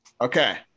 Okay